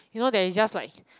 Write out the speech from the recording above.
you know that is just like